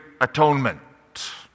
atonement